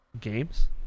games